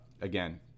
again